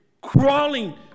crawling